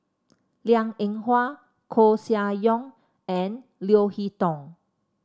Liang Eng Hwa Koeh Sia Yong and Leo Hee Tong